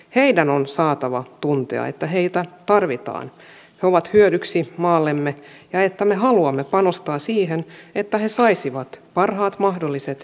heidän on saatava tuntea että heitä tarvitaan he ovat hyödyksi maallemme ja että me haluamme panostaa siihen että he saisivat parhaat mahdolliset edellytykset